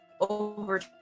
over